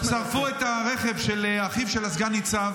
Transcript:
מאז אותו היום משפחת הפשע שרפה את הרכב של האח של הסגן ניצב,